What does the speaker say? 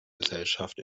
gesellschaft